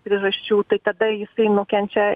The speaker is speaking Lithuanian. priežasčių tai tada jisai nukenčia